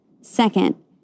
Second